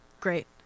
great